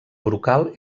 brocal